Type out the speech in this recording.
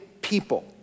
people